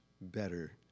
better